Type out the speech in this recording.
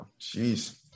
Jeez